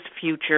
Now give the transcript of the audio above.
future